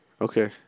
Okay